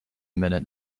minute